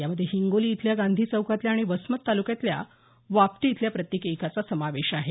यामध्ये हिंगोली इथल्या गांधी चौकातल्या आणि वसमत तालुक्यातल्या वापटी इथल्या प्रत्येकी एकाचा समावेश आहे